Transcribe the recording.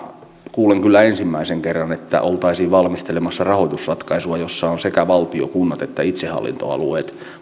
kuulin kyllä ensimmäisen kerran että oltaisiin valmistelemassa rahoitusratkaisua jossa ovat sekä valtio kunnat että itsehallintoalueet